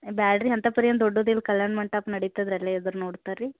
ಬೇಡ್ರಿ ಅಂತ ಪರಿಯೇನು ದೊಡ್ಡದೇನು ಕಲ್ಯಾಣ ಮಂಟಪ ನಡೀತದೆ ಅಲ್ಲೇ ಎದುರು ನೋಡ್ತಾರೆ ರೀ